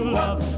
love